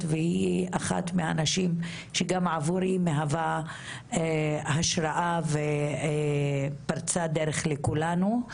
והיא אחת מהנשים שגם עבורי מהווה השראה ופרצה דרך לכולנו.